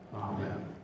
Amen